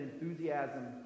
enthusiasm